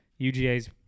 UGA's